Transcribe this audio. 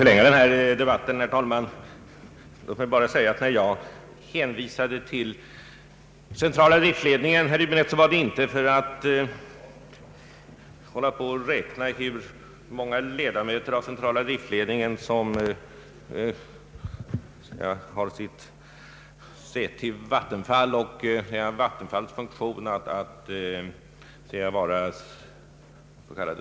Herr talman! Jag kanske inte behöver förlänga debatten så mycket. Låt mig emellertid säga att när jag hänvisade till centrala driftledningen, så var det inte för att dölja att en del av dess ledamöter har anknytning till Vattenfall och att en byrå i Vattenfall fungerar som CDL:s kansli.